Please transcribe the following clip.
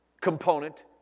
component